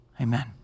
Amen